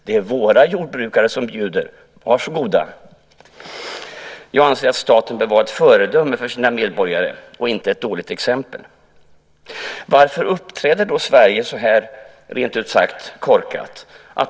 Det är våra jordbrukare som bjuder. Varsågoda! Jag anser att staten bör vara ett föredöme för sina medborgare och inte ett dåligt exempel. Varför uppträder Sverige då så här rent ut sagt korkat?